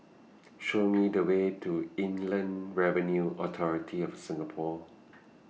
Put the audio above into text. Show Me The Way to Inland Revenue Authority of Singapore